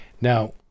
now